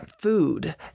food